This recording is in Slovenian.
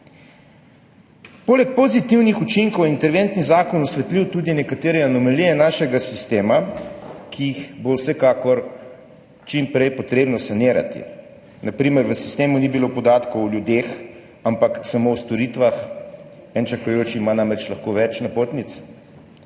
Poleg pozitivnih učinkov je interventni zakon osvetlil tudi nekatere anomalije našega sistema, ki jih bo vsekakor čim prej potrebno sanirati. Na primer, v sistemu ni bilo podatkov o ljudeh, ampak samo o storitvah, en čakajoči ima namreč lahko več napotnic,